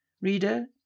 Reader